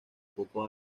poco